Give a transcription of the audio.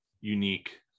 unique